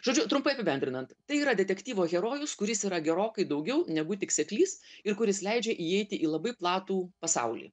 žodžiu trumpai apibendrinant tai yra detektyvo herojus kuris yra gerokai daugiau negu tik seklys ir kuris leidžia įeiti į labai platų pasaulį